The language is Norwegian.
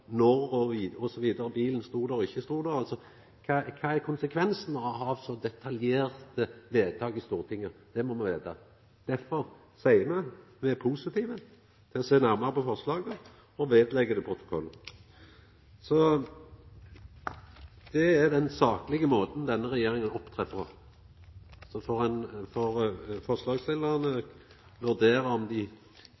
når bilen stod der, og når han ikkje stod der? Kva er konsekvensane av så detaljerte vedtak i Stortinget? Det må me vita. Derfor seier me at me er positive til å sjå nærmare på forslaget, og legg det ved protokollen. Det er den saklege måten denne regjeringa opptrer på. Så får